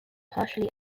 partially